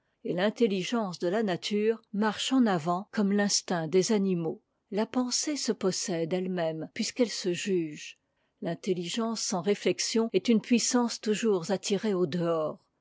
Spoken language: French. et l'intelligence de la nature marche en avant comme l'instinct des animaux la pensée se possède elle-même puisqu'elle se juge l'intelligence sans réflexion est une puissance toujours attirée au dehors